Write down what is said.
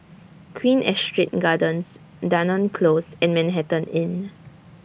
Queen Astrid Gardens Dunearn Close and Manhattan Inn